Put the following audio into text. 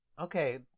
Okay